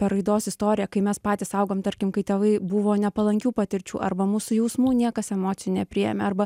ta raidos istorija kai mes patys augom tarkim kai tėvai buvo nepalankių patirčių arba mūsų jausmų niekas emocijų nepriėmė arba